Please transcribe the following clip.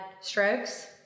strokes